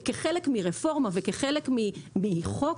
כחלק מרפורמה וכחלק מחוק,